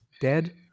dead